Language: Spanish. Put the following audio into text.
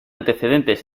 antecedentes